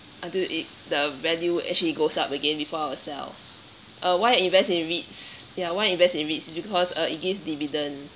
until it the value actually goes up again before I will sell uh why invest in REITs ya why invest in REITs because uh it gives dividend